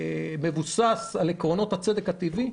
שמבוסס על עקרונות הצדק הטבעי,